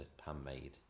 handmade